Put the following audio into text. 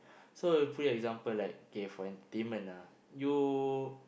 so put in example like K for entertainment ah you